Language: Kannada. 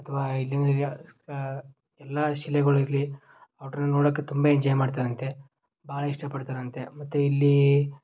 ಅಥ್ವಾ ಇಲ್ಲಿನ ಸಾ ಎಲ್ಲ ಶಿಲೆಗಳಿರಲಿ ನೋಡೋಕೆ ತುಂಬ ಎಂಜಾಯ್ ಮಾಡ್ತಾರಂತೆ ಭಾಳ ಇಷ್ಟ ಪಡ್ತಾರಂತೆ ಮತ್ತು ಇಲ್ಲಿ